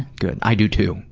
good. i do too.